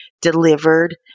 delivered